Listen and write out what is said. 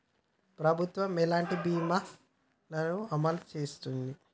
ప్రభుత్వం ఎలాంటి బీమా ల ను అమలు చేస్తుంది?